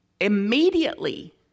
Immediately